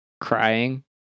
crying